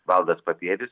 valdas papievis